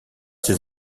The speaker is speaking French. ses